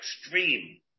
extreme